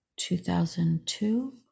2002